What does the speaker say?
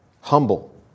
humble